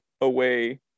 away